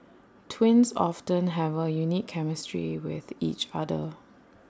twins often have A unique chemistry with each other